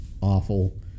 awful